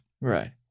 Right